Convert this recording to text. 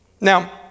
Now